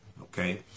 Okay